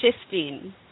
shifting